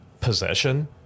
possession